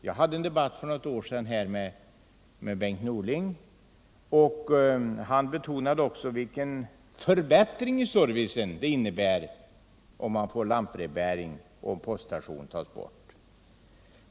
Jag hade en debatt för något år sedan med Bengt Norling, och han underströk också vilken förbättring i servicen det innebär om man får lantbrevbäring och poststationen tas bort.